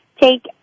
take